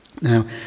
Now